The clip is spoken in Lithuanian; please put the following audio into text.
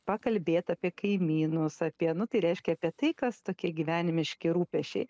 pakalbėt apie kaimynus apie nu tai reiškia kad tai kas tokie gyvenimiški rūpesčiai